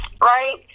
right